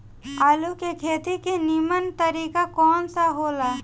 आलू के खेती के नीमन तरीका कवन सा हो ला?